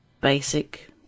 basic